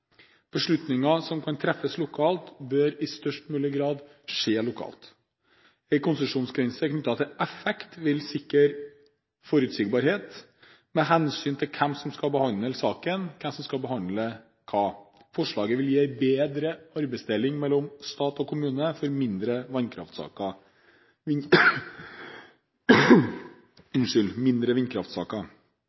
Beslutninger som kan treffes lokalt, bør i størst mulig grad treffes lokalt. En konsesjonsgrense knyttet til effekt vil sikre forutsigbarhet med hensyn til hvem som skal behandle saken – hvem som skal behandle hva. Forslaget vil gi en bedre arbeidsdeling mellom stat og kommune for mindre